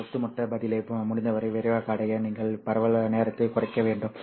எனவே ஒட்டுமொத்த பதிலை முடிந்தவரை விரைவாக அடைய நீங்கள் பரவல் நேரத்தை குறைக்க வேண்டும்